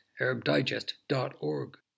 arabdigest.org